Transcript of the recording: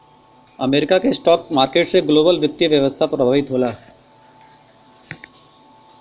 America के stock market से ग्लोबल वित्तीय व्यवस्था प्रभावित होला